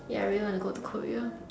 ya I really want to go to Korea